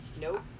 Nope